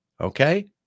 okay